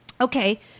Okay